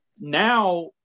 now